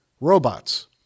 Robots